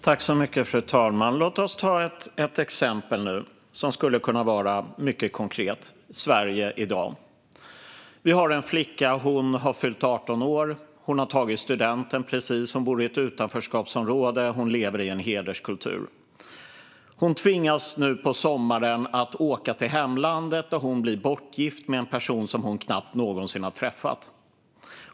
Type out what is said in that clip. Fru talman! Låt oss ta ett mycket konkret exempel, som skulle kunna vara från Sverige i dag. Vi har en flicka som har fyllt 18 år och precis har tagit studenten. Hon bor i ett utanförskapsområde och lever i en hederskultur. Hon tvingas nu på sommaren att åka till hemlandet, där hon blir bortgift med en person som hon knappt någonsin har träffat.